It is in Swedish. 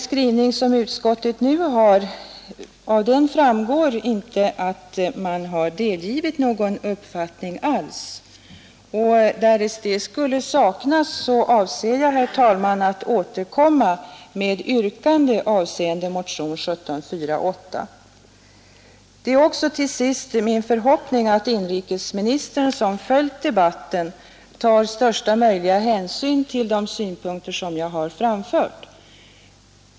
Av utskottets skrivning framgår inte att utskottet har någon uppfattning alls, och därest det begärda förtydligandet inte skulle lämnas här avser jag, herr talman, att återkomma med yrkande avseende motionen 1748. Det är också till sist min förhoppning att inrikesministern, som följt debatten, tar största möjliga hänsyn till de synpunkter som jag har framfört.